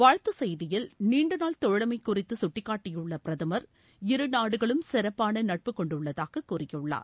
வாழ்த்துச் செய்தியில் நீண்ட நாள் தோழனம குறித்து சுட்டிக்காட்டியுள்ள பிரதமர் இரு நாடுகளும் சிறப்பான நட்பு கொண்டுள்ளதாக கூறியுள்ளார்